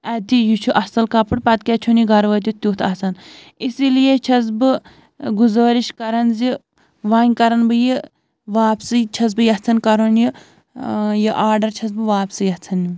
اَدِ یہِ چھُ اَصٕل کَپُر پَتہٕ کیٛازِ چھُنہٕ یہِ گَرٕ وٲتِتھ تیُتھ آسان اسی لیے چھَس بہٕ گُزٲرِش کَران زِ وۄنۍ کَران بہٕ یہِ واپسٕے چھَس بہٕ یَژھان کَرُن یہِ یہِ آرڈَر چھَس بہٕ واپسٕے یَژھان نیُن